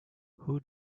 who